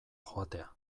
joatea